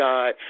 God